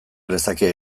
lezake